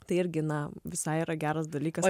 tai irgi na visai yra geras dalykas